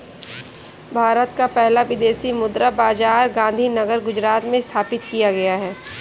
भारत का पहला विदेशी मुद्रा बाजार गांधीनगर गुजरात में स्थापित किया गया है